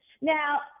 Now